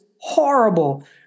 horrible